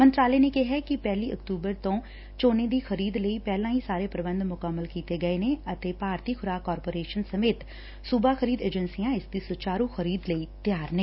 ਮੰਤਰਾਲੇ ਨੇ ਕਿਹੈ ਕਿ ਪਹਿਲੀ ਅਕਤੁਬਰ ਤੋਂ ਝੋਨੇ ਦੀ ਖਰੀਦ ਲਈ ਪਹਿਲਾਂ ਹੀ ਸਾਰੇ ਪੁਬੰਧ ਮੁਕੰਮਲ ਕੀਤੇ ਗਏ ਨੇ ਅਤੇ ਭਾਰਤੀ ਖੁਰਾਕ ਕਾਰਪੌਰੇਸ਼ਨ ਸਮੇਤ ਸੁਬਾ ਖਰੀਦ ਏਜੰਸੀਆਂ ਇਸ ਦੀ ਸੁਚਾਰੁ ਖਰੀਦ ਲਈ ਤਿਆਰ ਨੇ